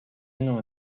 نوع